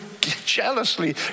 jealously